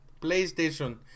PlayStation